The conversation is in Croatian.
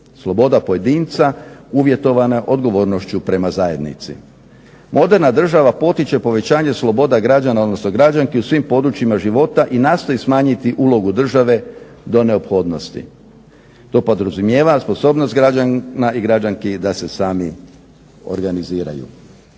Sloboda pojedinca uvjetovana je odgovornošću prema zajednici. Moderna država potiče povećanje sloboda građana, odnosno građanki u svim područjima života i nastoji smanjiti ulogu države do neophodnosti. To podrazumijeva sposobnost građana i građanki da se sami organiziraju.